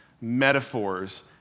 metaphors